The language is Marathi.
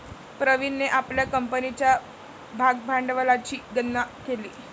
प्रवीणने आपल्या कंपनीच्या भागभांडवलाची गणना केली